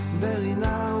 berina